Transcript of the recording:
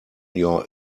your